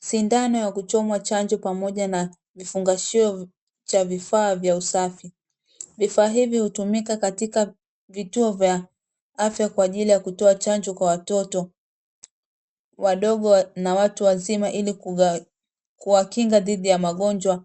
Sindano ya kuchomwa chanjo pamoja na vifungashio cha vifaa vya usafi. Vifaa hivi hutumika katika vituo vya afya kwa ajili ya kutoa chanjo kwa watoto wadogo na watu wazima ili kuwakinga dhidi ya magonjwa.